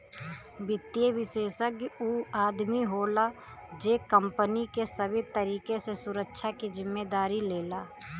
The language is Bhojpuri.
वित्तीय विषेशज्ञ ऊ आदमी होला जे कंपनी के सबे तरीके से सुरक्षा के जिम्मेदारी लेला